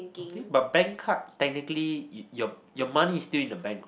eh but bank card technically your your money is still in the bank